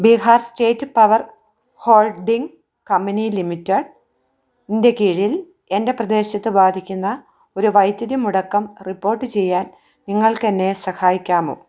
Bihar state power holding company ലിമിറ്റഡിന്റെ കീഴിൽ എൻ്റെ പ്രദേശത്ത് ബാധിക്കുന്ന ഒരു വൈദ്യുതിമുടക്കം റിപ്പോർട്ട് ചെയ്യാൻ നിങ്ങൾക്കെന്നെ സഹായിക്കാമോ